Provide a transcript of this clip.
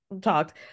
talked